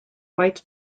might